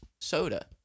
Soda